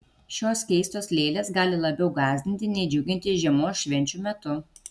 šios keistos lėlės gali labiau gąsdinti nei džiuginti žiemos švenčių metu